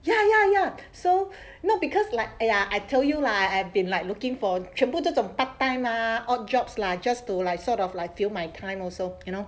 ya ya ya so not because like !aiya! I tell you like I've been like looking for 全部这种 part time are odd jobs lah just to like sort of like fill my time also you know